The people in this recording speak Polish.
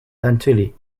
tańczyli